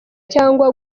cyangwa